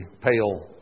pale